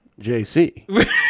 JC